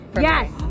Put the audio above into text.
Yes